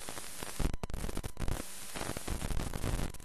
לאחים ואהיל, אדם ועיסאם,